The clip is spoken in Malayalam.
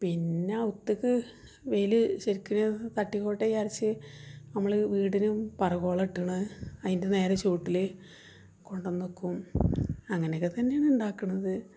പിന്നെ ഉച്ചക്ക് വെയിൽ ശരിക്കിനും തട്ടിക്കോട്ടേ വിചാരിച്ച് നമ്മൾ വീടിന് പറബോള കെട്ടണ അതിൻ്റെ നേരെ ചുവട്ടിൽ കൊണ്ടു വന്നു വെക്കും അങ്ങനെയൊക്കെ തന്നെയാണ് ഉണ്ടാക്കണത്